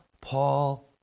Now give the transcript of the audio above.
Paul